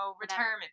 retirement